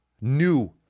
new